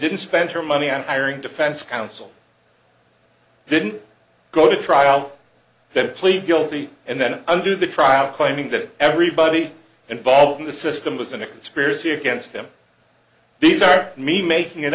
didn't spend her money on hiring defense counsel didn't go to trial then plead guilty and then undo the trial claiming that everybody involved in the system was in a conspiracy against him these are me making it